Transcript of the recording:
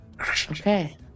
Okay